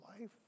life